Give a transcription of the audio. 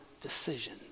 decision